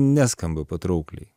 neskamba patraukliai